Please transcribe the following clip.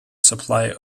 supply